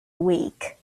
week